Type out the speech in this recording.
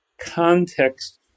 context